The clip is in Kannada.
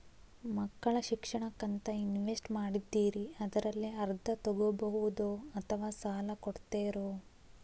ಮಕ್ಕಳ ಶಿಕ್ಷಣಕ್ಕಂತ ಇನ್ವೆಸ್ಟ್ ಮಾಡಿದ್ದಿರಿ ಅದರಲ್ಲಿ ಅರ್ಧ ತೊಗೋಬಹುದೊ ಅಥವಾ ಸಾಲ ಕೊಡ್ತೇರೊ?